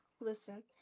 Listen